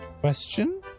question